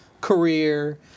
career